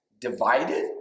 divided